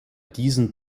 diesen